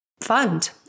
fund